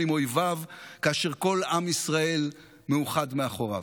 עם אויביו כאשר כל עם ישראל מאוחד מאחוריו.